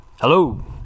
Hello